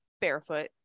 barefoot